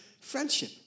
friendship